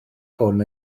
hwn